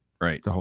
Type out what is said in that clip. right